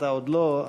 אתה עוד לא,